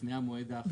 ולפני המועד האחרון.